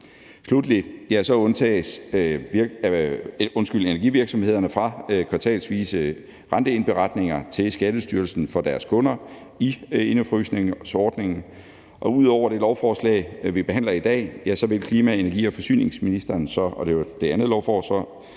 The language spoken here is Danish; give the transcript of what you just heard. undtages energivirksomhederne fra kvartalsvise renteindberetninger til Skattestyrelsen for deres kunder i indefrysningsordningen. Ud over det lovforslag, vi behandler i dag, vil klima-, energi- og forsyningsministeren så – og det er det andet lovforslag –